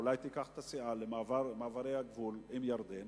אולי תיקח את הסיעה למעברי הגבול עם ירדן